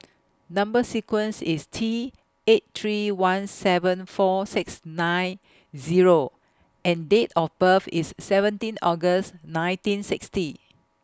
Number sequence IS T eight three one seven four six nine Zero and Date of birth IS seventeen August nineteen sixty